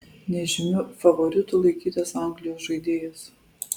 nežymiu favoritu laikytas anglijos žaidėjas